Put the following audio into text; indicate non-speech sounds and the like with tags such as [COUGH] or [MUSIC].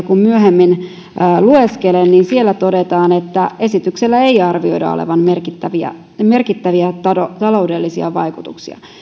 [UNINTELLIGIBLE] kun myöhemmin lueskelen taloudellisia vaikutuksia niin siellä todetaan että esityksellä ei arvioida olevan merkittäviä taloudellisia vaikutuksia